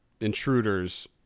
intruders